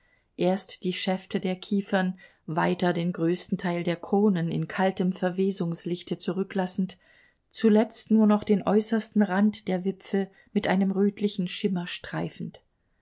erst die schäfte der kiefern weiter den größten teil ihrer kronen in kaltem verwesungslichte zurücklassend zuletzt nur noch den äußersten rand der wipfel mit einem rötlichen schimmer streifend